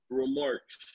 remarks